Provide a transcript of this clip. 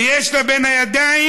יש לה בין הידיים